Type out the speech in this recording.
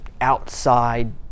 outside